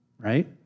right